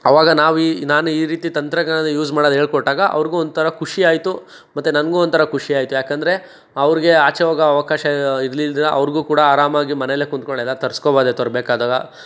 ಆವಾಗ ನಾವು ಈ ನಾನು ಈ ರೀತಿ ತಂತ್ರಜ್ಞಾನನ ಯೂಸ್ ಮಾಡೋದು ಹೇಳ್ಕೊಟ್ಟಾಗ ಅವ್ರಿಗೂ ಒಂಥರ ಖುಷಿಯಾಯಿತು ಮತ್ತು ನನಗೂ ಒಂಥರ ಖುಷಿಯಾಯಿತು ಯಾಕೆಂದರೆ ಅವ್ರಿಗೆ ಆಚೆ ಹೋಗೋ ಅವಕಾಶ ಇರ್ಲಿಲ್ದಿರ ಅವ್ರಿಗೂ ಕೂಡ ಆರಾಮಾಗಿ ಮನೆಲ್ಲೇ ಕುಂತ್ಕೊಂಡು ಎಲ್ಲ ತರ್ಸ್ಕೋಬೋದಿತ್ತು ಅವ್ರಿಗೆ ಬೇಕಾದಾಗ